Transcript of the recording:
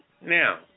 Now